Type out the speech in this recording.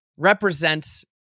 represents